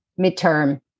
midterm